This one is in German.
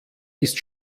ist